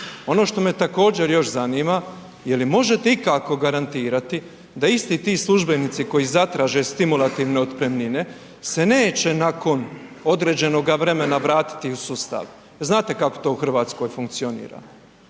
Ono što me također još zanima, jeli možete ikako garantirati da isti ti službenici koji zatraže stimulativne otpremnine se neće nakon određenog vremena vratiti u sustav, znate kako to u Hrvatskoj funkcionira.